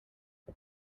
och